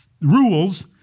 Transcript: rules